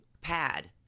pad